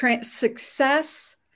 success